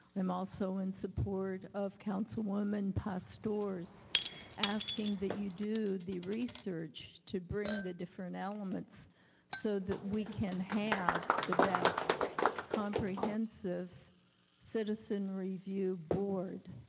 i'm also in support of councilwoman pastor's asking that you do the research to bring the different elements so that we can have the best comprehensive citizen review board.